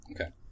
Okay